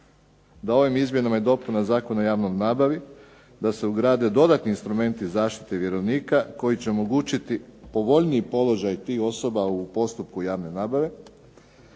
da ovim Izmjenama i dopunama Zakona o javnoj nabavi da se ugrade dodatni instrumenti zaštite vjerovnika koji će omogućiti povoljniji položaj tih osoba u postupku javne nabave.